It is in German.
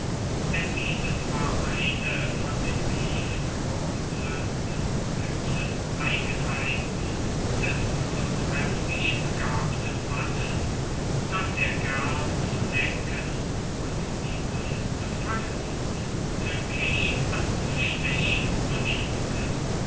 denn dieses war eine von den tiefgewurzelten üblen eigenheiten des so trefflich begabten mannes daß er gern zu necken und die unbefangensten tückisch anzustechen beliebte